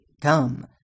Come